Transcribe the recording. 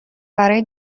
برای